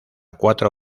cuatro